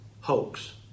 hoax